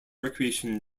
recreation